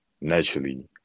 naturally